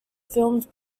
films